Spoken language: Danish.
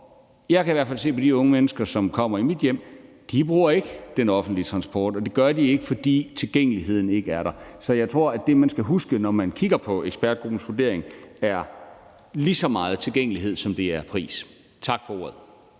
jeg kan i hvert fald se, at de unge mennesker, som kommer i mit hjem, ikke bruger den offentlige transport, og det gør de ikke, fordi tilgængeligheden ikke er der. Så jeg tror, at det, man skal huske, når man kigger på ekspertgruppens vurdering, er, at, det handler lige så meget om tilgængelighed, som det handler om pris. Tak for ordet